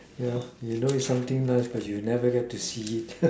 yeah you know it something nice but you never get to see it